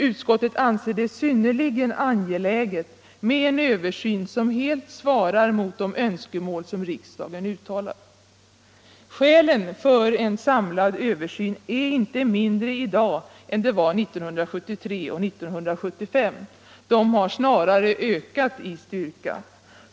Utskottet anser det synnerligen angeläget med en översyn som helt svarar mot de önskemål som riksdagen uttalat. Skälen för en samlad översyn är inte mindre i dag än de var 1973 och 1975 — de har snarare ökat i styrka.